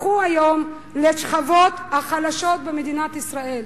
הפכו היום לשכבות החלשות במדינת ישראל.